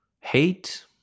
hate